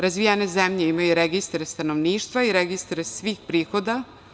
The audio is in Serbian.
Razvijene zemlje imaju registar stanovništva i registar svih prihoda.